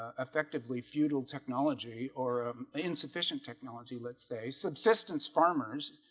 ah effectively feudal technology or insufficient technology, let's say subsistence farmers.